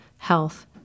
health